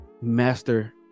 master